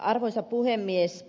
arvoisa puhemies